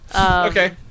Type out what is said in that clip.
Okay